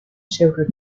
several